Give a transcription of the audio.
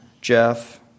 Jeff